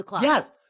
Yes